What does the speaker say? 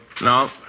No